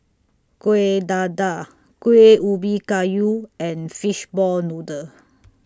Kueh Dadar Kueh Ubi Kayu and Fishball Noodle